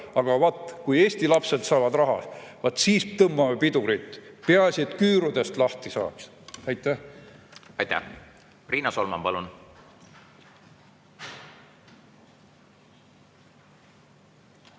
Aga vaat, kui Eesti lapsed saavad raha, siis tõmbame pidurit, peaasi et küürudest lahti saaks. Aitäh! Aitäh! Riina Solman, palun!